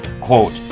Quote